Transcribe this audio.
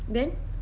then